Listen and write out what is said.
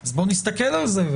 אז בואו נסתכל על זה.